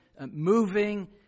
moving